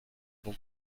bon